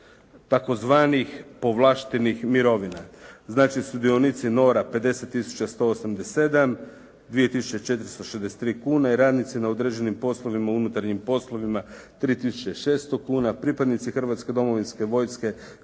tzv. povlaštenih mirovina. Znači sudionici NOR-a 50 tisuća 187 dvije tisuće i 463 kune. Radnici na određenim poslovima u unutarnjim poslovima 3600 kuna. Pripadnici hrvatske domovinske vojske